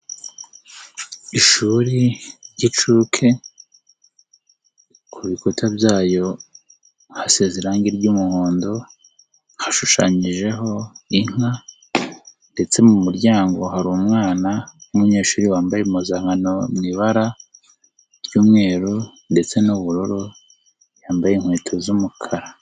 Ishuri ry'inshuke ku bikuta byayo hasize irangi ry'umuhondo, hashushanyijeho inka ndetse mu muryango hari umwana w'umunyeshuri wambaye impuzankano mu ibara ry'umweru ndetse n'ubururu, yambaye inkweto z'umukara.